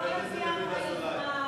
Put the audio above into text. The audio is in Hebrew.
בוא נצביע עם היוזמים מליאה.